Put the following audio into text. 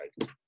Right